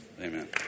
Amen